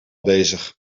bezig